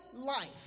life